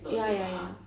ya ya ya